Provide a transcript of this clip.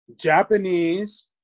Japanese